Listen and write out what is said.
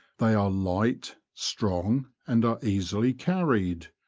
they are light, strong, and are easily carried.